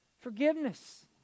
forgiveness